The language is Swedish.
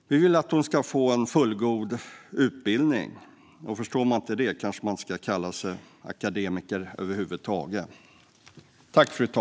Vi vill att hon ska få en fullgod utbildning. Förstår man inte det kanske man inte ska kalla sig akademiker över huvud taget.